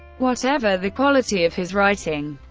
whatever the quality of his writing.